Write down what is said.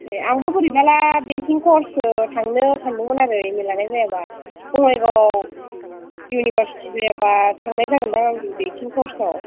ए आंबो बोरैबोला बेंकिं कर्ससो थांनो सान्दोंमोन आरो एम ए लानाय जायाबा बङाइगावआव इउनिभार्सिटि जायाबा थांनाय जागोन्दां आंबो बेंकिं कर्सआव